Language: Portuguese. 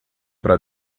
para